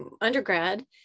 undergrad